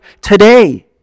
today